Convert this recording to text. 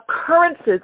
occurrences